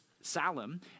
Salem